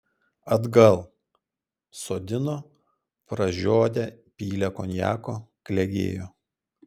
atgal sodino pražiodę pylė konjako klegėjo